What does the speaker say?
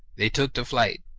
they took to flight,